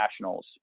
Nationals